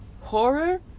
Horror